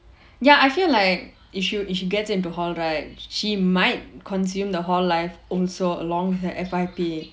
ya I feel like if she gets into hall right she might consume the hall life also along the F_Y_P